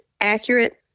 accurate